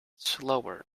slower